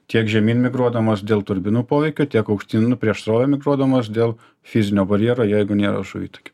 tiek žemyn migruodamos dėl turbinų poveikio tiek aukštyn prieš srovę migruodamos dėl fizinio barjero jeigu nėra žuvitakio